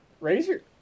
Razor